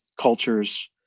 cultures